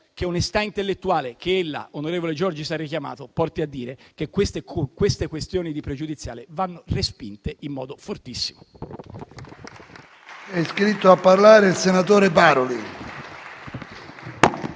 che l'onestà intellettuale - che ella, onorevole Giorgis, ha richiamato - porti a dire che queste questioni pregiudiziali vanno respinte in modo fortissimo.